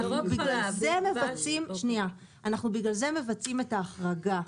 בגלל זה אנחנו מבצעים את ההחרגה,